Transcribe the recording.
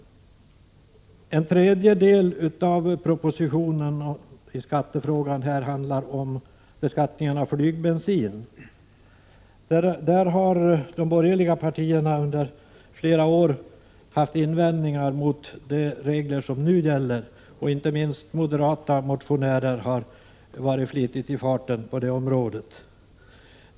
En tredjedel av propositionen i skattefrågan handlar om beskattningen av flygbensin. Där har de borgerliga partierna i flera år haft invändningar mot de regler som nu gäller. Inte minst moderata motionärer har varit flitigt i farten på det området.